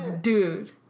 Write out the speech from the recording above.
dude